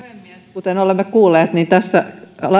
kuten olemme kuulleet tässä